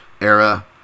era